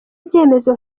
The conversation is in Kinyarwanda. ibyemezo